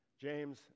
James